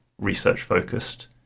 research-focused